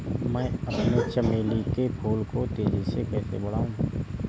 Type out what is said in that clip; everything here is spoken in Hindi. मैं अपने चमेली के फूल को तेजी से कैसे बढाऊं?